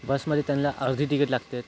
बसमध्ये त्यांना अर्धी तिकीट लागते